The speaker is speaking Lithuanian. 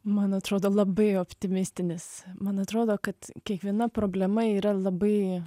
man atrodo labai optimistinis man atrodo kad kiekviena problema yra labai